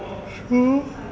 mm